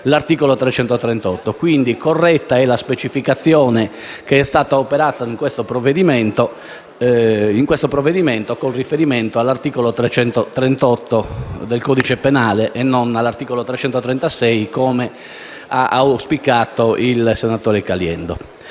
l'articolo 338. È, quindi, corretta la specificazione che è stata operata in questo provvedimento con riferimento all'articolo 338 del codice penale e non all'articolo 336, come auspicato dal senatore Caliendo.